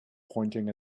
pointing